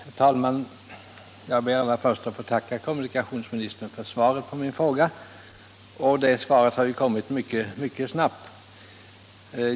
Herr talman! Jag ber allra först att få tacka kommunikationsministern för svaret på min interpellation. Svaret har ju kommit mycket snabbt.